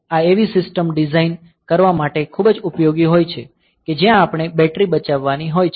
આ એવી system design કરવા માટે ખૂબ જ ઉપયોગી હોય છે કે જ્યાં આપણે બેટરી બચાવવાની હોય છે